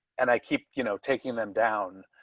and i keep, you know, taking them down.